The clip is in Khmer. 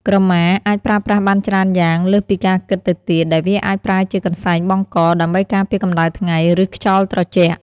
ក្រមាអាចប្រើប្រាស់បានច្រើនយ៉ាងលើសពីការគិតទៅទៀត ដែលវាអាចប្រើជា កន្សែងបង់ក ដើម្បីការពារកម្តៅថ្ងៃ ឬខ្យល់ត្រជាក់។